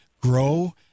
grow